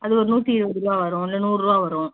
அது ஒரு நூற்றி இருபது ருபா வரும் இல்லை நூறுபா வரும்